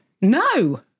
No